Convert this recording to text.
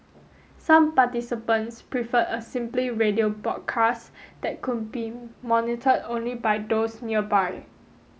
some participants preferred a simply radio broadcast that could be monitored only by those nearby